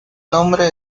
nombre